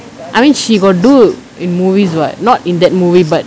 I mean she got do in movies what not in that movie but